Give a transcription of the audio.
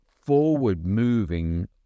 forward-moving